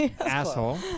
Asshole